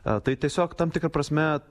tai tiesiog tam tikra prasme